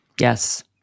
Yes